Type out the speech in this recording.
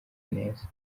neza